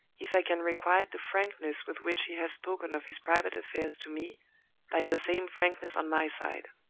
if i can requite the frankness with which he has spoken of his private affairs to me by the same frankness on my side